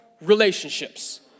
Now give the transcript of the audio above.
relationships